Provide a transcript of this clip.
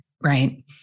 right